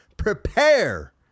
Prepare